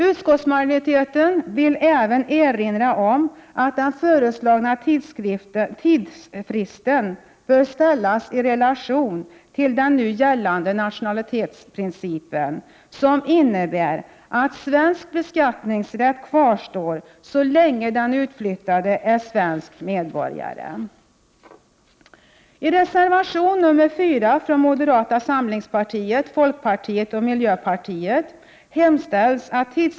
Utskottsmajoriteten vill även erinra om att den föreslagna tidsfristen bör ställas i relation till den nu gällande nationalitetsprincipen, som innebär att svensk beskattningsrätt kvarstår så länge den utflyttade är svensk medborgare.